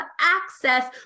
access